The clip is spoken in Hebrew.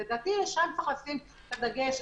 לדעתי שם צריך לשים את הדגש,